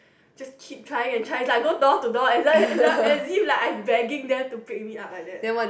just keep trying and try go door to door as though as th~ as if like I begging them to pick me up like that